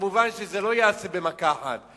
מובן שזה לא ייעשה במכה אחת,